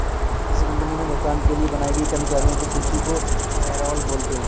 किसी कंपनी मे भुगतान के लिए बनाई गई कर्मचारियों की सूची को पैरोल बोलते हैं